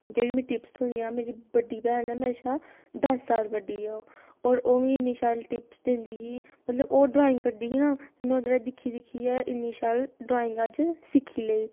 जेह्ड़ी मी टिप्स थ्होंदियां मेरी बड्डी भैन ऐ मेरे शा दस साल बड्डी ऐ ओह् होर ओह् मी इन्नी शैल टिप्स दिंदी ही मतलब ओह् ड्राइंग करदी ही ना ते में ओह्दे रा दिक्खी दिक्खियै इन्नी शैल ड्राइंग अज्ज सिक्खी लेई